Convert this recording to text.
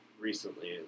recently